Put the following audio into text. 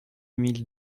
mille